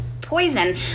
poison